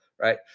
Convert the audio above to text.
right